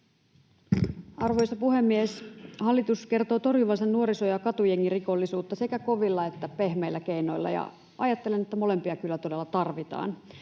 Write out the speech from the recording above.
Arvoisa puhemies! Hallitus kertoo torjuvansa nuoriso- ja katujengirikollisuutta sekä kovilla että pehmeillä keinoilla, ja ajattelen, että molempia kyllä todella tarvitaan,